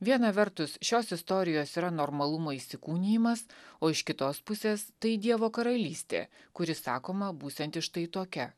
viena vertus šios istorijos yra normalumo įsikūnijimas o iš kitos pusės tai dievo karalystė kuri sakoma būsiantis štai tokia